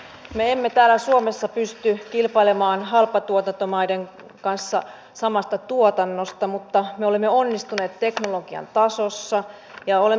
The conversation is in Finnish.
minä en ole ainakaan ymmärtänyt että tekemällä näitä niin sanottuja kilpailukykypaketteja leikkaamalla joltain ihmiseltä etuja tulisi vientituloja